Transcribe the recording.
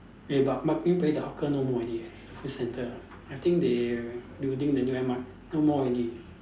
eh but Marine Parade the hawker no more already eh hawker cente I think they building the new M_R_T no more already